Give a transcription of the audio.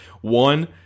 One